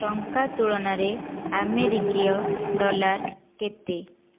ଟଙ୍କା ତୁଳନାରେ ଆମେରିକୀୟ ଡଲାର୍ କେତେ